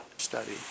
Study